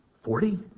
Forty